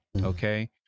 okay